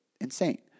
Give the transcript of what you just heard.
insane